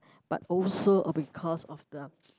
but also a because of the